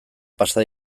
pasa